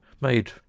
made